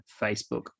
Facebook